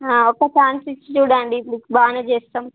ఒక ఛాన్స్ ఇచ్చి చూడండి మీకు బాగా చేస్తాం